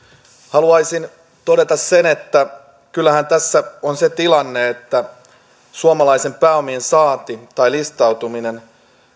haluaisin todeta sen että kyllähän tässä on se tilanne että suomalaisen pääoman saanti tai listautuminen